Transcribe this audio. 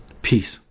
Peace